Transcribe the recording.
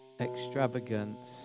extravagance